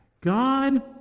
God